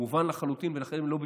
זה מובן לחלוטין, ולכן הם לא בפנים.